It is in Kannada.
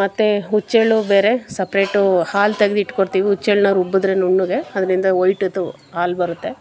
ಮತ್ತೆ ಹುಚ್ಚೆಳ್ಳು ಬೇರೆ ಸಪ್ರೇಟು ಹಾಲು ತೆಗ್ದು ಇಟ್ಕೊಡ್ತೀವಿ ಹುಚ್ಚೆಳ್ಳನ್ನ ರುಬ್ಬಿದ್ರೆ ನುಣ್ಣಗೆ ಅದರಿಂದ ವೈಟ್ ಇದು ಹಾಲು ಬರುತ್ತೆ